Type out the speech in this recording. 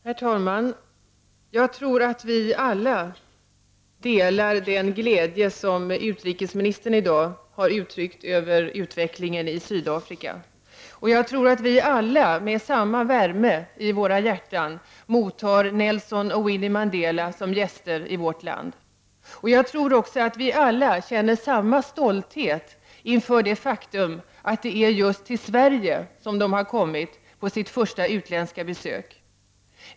Herr talman! Jag tror att vi alla delar den glädje som utrikesministern i dag har uttryckt över utvecklingen i Sydafrika. Och jag tror att vi alla med samma värme i våra hjärtan mottar Nelson och Winnie Mandela som gäster i vårt land. Jag tror också att vi alla känner samma stolthet över det faktum att det är just Sverige som de har valt att komma till på sitt första utländska besök.